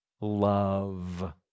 love